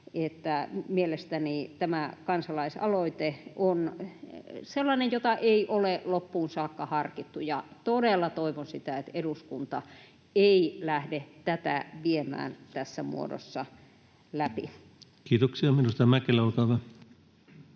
mielestäni tämä kansalaisaloite on sellainen, jota ei ole loppuun saakka harkittu. Todella toivon, että eduskunta ei lähde tätä viemään tässä muodossa läpi. Kiitoksia. — Edustaja Mäkelä, olkaa hyvä.